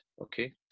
okay